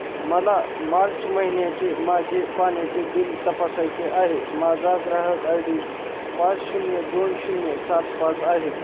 मला मार्च महिन्याचे माझे पाण्याचे बिल तपासायचे आहे माझा ग्राहक आय डी पाच शून्य दोन शून्य सात पाच आहे